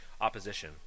opposition